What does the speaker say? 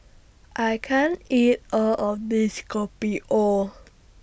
I can't eat All of This Kopi O